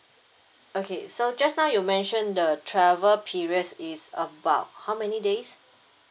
okay so just now you mentioned the travel periods is about how many days